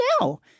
now